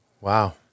Wow